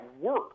work